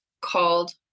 called